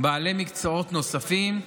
בעלי מקצועות נוספים,